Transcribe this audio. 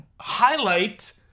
highlight